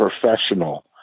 professional